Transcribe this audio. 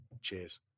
Cheers